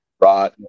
Right